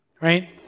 right